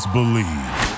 Believe